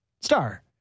Star